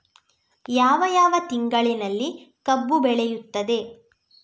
ಯಾವ ಯಾವ ತಿಂಗಳಿನಲ್ಲಿ ಕಬ್ಬು ಬೆಳೆಯುತ್ತದೆ?